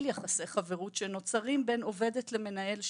יחסי חברות שנוצרים בין עובדת למנהל שלה?".